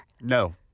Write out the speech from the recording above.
No